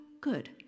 good